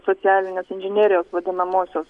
socialinės inžinerijos vadinamosios